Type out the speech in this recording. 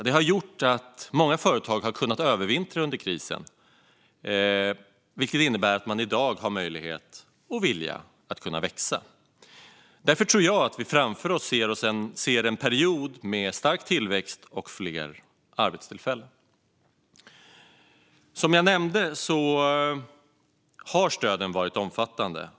Stöden har gjort att många företag har kunnat övervintra under krisen, vilket innebär att de i dag har möjlighet och vilja att växa. Därför tror jag att vi framför oss ser en period med stark tillväxt och fler arbetstillfällen. Som jag nämnde har stöden varit omfattande.